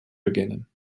beginnen